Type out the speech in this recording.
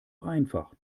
einfach